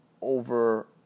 over